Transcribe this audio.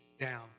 down